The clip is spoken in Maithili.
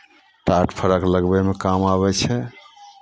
टाट फड़क लगबैमे काम आबै छै